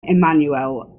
emmanuel